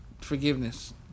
forgiveness